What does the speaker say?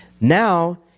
Now